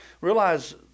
realize